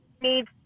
need